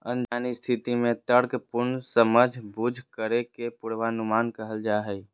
अनजान स्थिति में तर्कपूर्ण समझबूझ करे के पूर्वानुमान कहल जा हइ